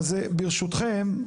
אז ברשותכם,